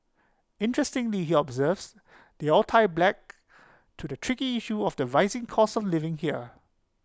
interestingly he observes they all tie black to the tricky issue of the rising cost of living here